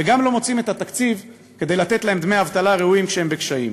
וגם לא מוצאים את התקציב כדי לתת להם דמי אבטלה ראויים כשהם בקשיים,